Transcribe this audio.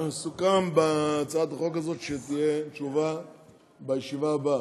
סוכם בהצעת החוק הזאת שתהיה תשובה בישיבה הבאה,